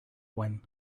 when